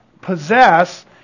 possess